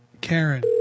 Karen